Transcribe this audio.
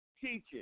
teaching